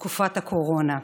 תקופת הקורונה.